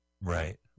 Right